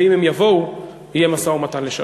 ואם הם יבואו יהיה משא-ומתן לשלום.